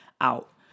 out